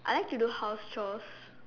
I like to do house chores